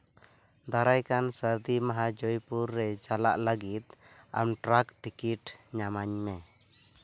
ᱫᱟᱨᱟᱭᱠᱟᱱ ᱥᱟᱹᱨᱫᱤ ᱢᱟᱦᱟ ᱡᱚᱭᱯᱩᱨ ᱨᱮ ᱪᱟᱞᱟᱜ ᱞᱟᱹᱜᱤᱫ ᱟᱢᱴᱨᱟᱠ ᱴᱤᱠᱤᱴ ᱧᱟᱢᱟᱹᱧ ᱢᱮ